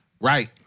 Right